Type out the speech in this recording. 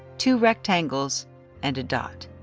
two rectangles and a dot.